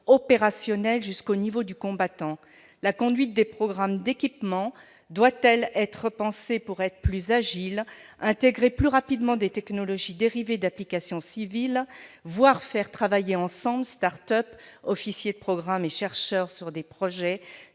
opérationnelle jusqu'au niveau du combattant ? La conduite des programmes d'équipement doit-elle être pensée pour être plus agile, intégrer plus rapidement des technologies dérivées d'applications civiles, voire faire travailler ensemble start-up, officiers de programme et chercheurs sur des projets,